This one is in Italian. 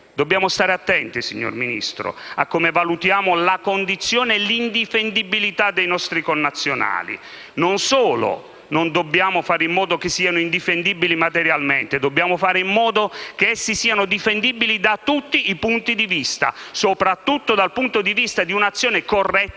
Dobbiamo stare attenti, signor Ministro, a come valutiamo la condizione e l'indifendibilità dei nostri connazionali. Non solo non dobbiamo fare in modo che siano indifendibili materialmente, ma dobbiamo fare in modo che essi siano difendibili da tutti i punti di vista, soprattutto dal punto di vista di un'azione corretta,